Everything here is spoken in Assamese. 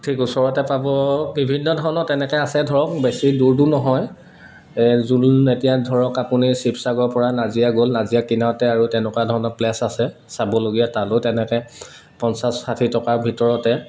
ঠিক ওচৰতে পাব বিভিন্ন ধৰণৰ তেনেকৈ আছে ধৰক বেছি দূৰটো নহয় এ যোন এতিয়া ধৰক আপুনি শিৱসাগৰৰ পৰা নাজিৰা গ'ল নাজিৰা কিনাৰতে আৰু তেনেকুৱা ধৰণৰ প্লে'চ আছে চাবলগীয়া তালৈ তেনেকৈ পঞ্চাছ ষাঠি টকাৰ ভিতৰতে